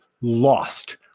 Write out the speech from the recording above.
lost